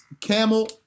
camel